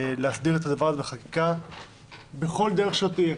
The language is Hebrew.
להסדיר את הדבר בחקיקה בכל דרך שלא תהיה,